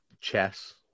chess